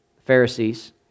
Pharisees